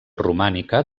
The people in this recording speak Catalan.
romànica